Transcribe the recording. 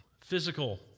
physical